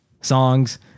songs